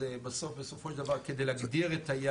אז, בסופו של דבר, על מנת להגדיר את היעד